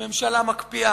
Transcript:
וממשלה מקפיאה.